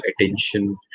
attention